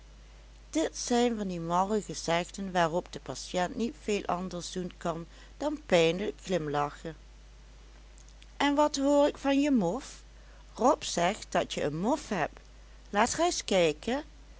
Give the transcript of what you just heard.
dit zijn van die malle gezegden waarop de patiënt niet veel anders doen kan dan pijnlijk glimlachen en wat hoor ik van je mof rob zegt dat je een mof hebt laat reis kijken